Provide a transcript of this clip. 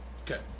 Okay